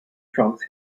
trunks